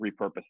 repurpose